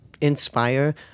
inspire